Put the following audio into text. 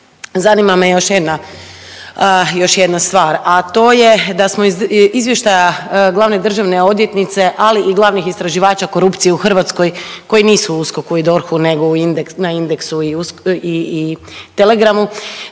jedna, još jedna stvar, a to je da smo iz izvještaja glavne državne odvjetnice, ali i glavnih istraživača korupcije u Hrvatskoj koji nisu u USKOK-u i DORH-u nego na Indexu i Telegramu.